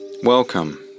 Welcome